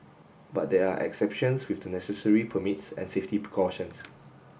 but there are exceptions with the necessary permits and safety precautions